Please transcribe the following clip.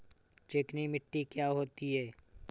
चिकनी मिट्टी क्या होती है?